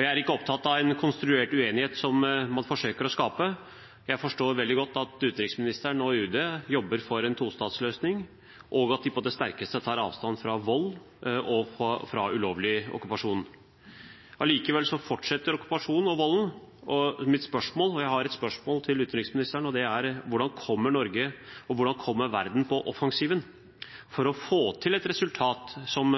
Jeg er ikke opptatt av en konstruert uenighet, som man forsøker å skape. Jeg forstår veldig godt at utenriksministeren og UD jobber for en tostatsløsning, og at de på det sterkeste tar avstand fra vold og fra ulovlig okkupasjon. Allikevel fortsetter okkupasjonen og volden, og jeg har et spørsmål til utenriksministeren, og det er: Hvordan kommer Norge og verden på offensiven for å få til et resultat som